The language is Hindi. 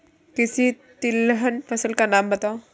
किसी तिलहन फसल का नाम बताओ